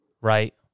right